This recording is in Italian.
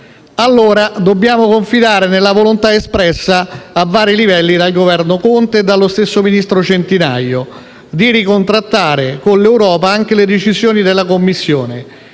allora confidare nella volontà, espressa a vari livelli dal Governo Conte e dallo stesso ministro Centinaio, di «ricontrattare» con l'Europa anche le decisioni della Commissione